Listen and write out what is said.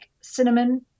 cinnamon